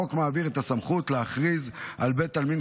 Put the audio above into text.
החוק מעביר את הסמכות להכריז על בית עלמין